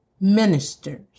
ministers